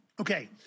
Okay